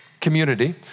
Community